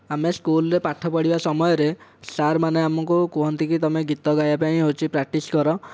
ଆମେ ସ୍କୁଲରେ ପାଠ ପଢ଼ିବା ସମୟରେ ସାର୍ମାନେ ଆମକୁ କୁହନ୍ତିକି ତୁମେ ଗୀତ ଗାଇବା ପାଇଁ ହେଉଛି କି ପ୍ରାକ୍ଟିସ୍ କର